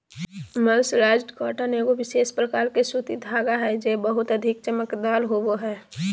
mercerised cotton एगो विशेष प्रकार के सूती धागा हय जे बहुते अधिक चमकदार होवो हय